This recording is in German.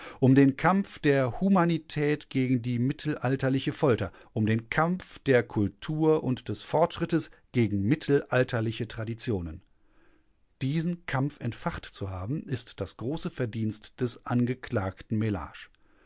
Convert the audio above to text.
um den kampf der humanität gegen die mittelalterliche folter um den kampf der kultur und des fortschrittes gegen mittelalterliche traditionen diesen kampf entfacht zu haben ist das große verdienst des angeklagten mellage